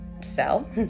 sell